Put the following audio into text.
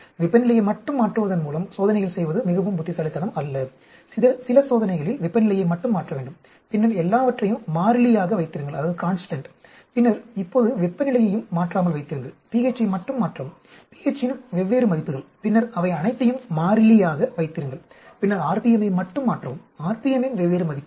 வெப்பநிலையை மட்டும் மாற்றுவதன் மூலம் சோதனைகள் செய்வது மிகவும் புத்திசாலித்தனம் அல்ல சில சோதனைகளில் வெப்பநிலையை மட்டும் மாற்றவேண்டும் பின்னர் எல்லாவற்றையும் மாறிலியாக வைத்திருங்கள் பின்னர் இப்போது வெப்பநிலையையும் மாற்றாமல் வைத்திருங்கள் pH ஐ மட்டும் மாற்றவும் pH இன் வெவ்வேறு மதிப்புகள் பின்னர் அவை அனைத்தையும் மாறிலியாக வைத்திருங்கள் பின்னர் rpm ஐ மட்டும் மாற்றவும் rpm இன் வெவ்வேறு மதிப்புகள்